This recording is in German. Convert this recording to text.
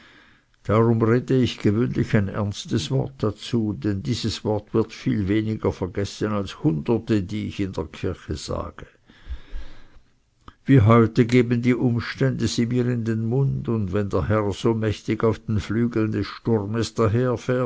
darum rede ich gewöhnlich ein ernstes wort dazu denn dieses wort wird viel weniger vergessen als hunderte die ich in der kirche sage wie heute geben die umstände sie mir in den mund und wenn der herr so mächtig auf den flügeln des sturmes